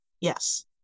yes